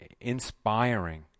inspiring